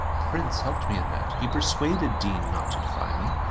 prince helped me in that. he persuaded dean not to defy me.